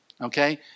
okay